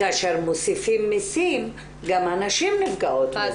כאשר מוסיפים מסים גם הנשים נפגעות מזה.